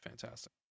fantastic